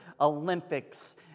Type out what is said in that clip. Olympics